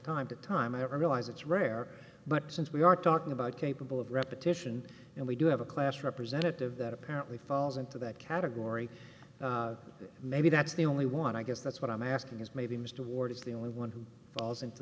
time to time ever realize it's rare but since we are talking about capable of repetition and we do have a class representative that apparently falls into that category maybe that's the only one i guess that's what i'm asking is maybe mr ward is the only one who falls into